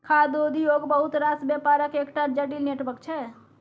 खाद्य उद्योग बहुत रास बेपारक एकटा जटिल नेटवर्क छै